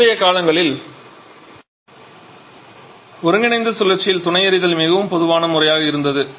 முந்தைய காலங்களில் ஒருங்கிணைந்த சுழற்சியில் துணை எரிதல் மிகவும் பொதுவான முறையாக இருந்தது